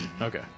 Okay